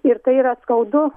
ir tai yra skaudu